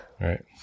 Right